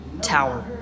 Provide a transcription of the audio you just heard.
tower